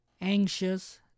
anxious